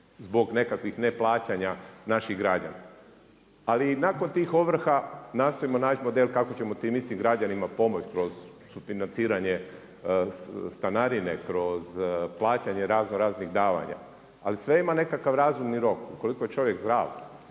zbog nekakvih neplaćanja naših građana, ali i nakon tih ovrha nastojimo naći model kako ćemo tim istim građanima pomoći kroz sufinanciranje stanarine, kroz plaćanje raznoraznih davanja. Ali sve ima nekakav razumni rok ukoliko je čovjek zdrav,